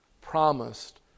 promised